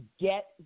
get